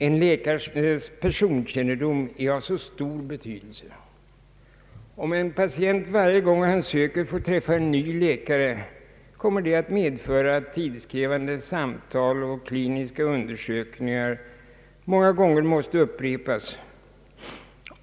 En läkares personkännedom är av stor betydelse. Om en patient varje gång han söker vård får träffa en ny läkare medför det tidskrävande samtal och kliniska undersökningar som måste upprepas många gånger.